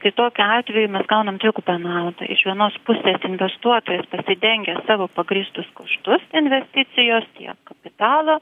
tai tokiu atveju mes gaunam dvigubą naudą iš vienos pusės investuotojas pasidengia savo pagrįstus kaštus investicijos tiek kapitalą